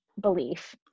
belief